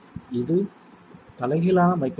இது தலைகீழான micro scope